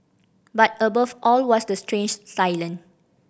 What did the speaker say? but above all was the strange silence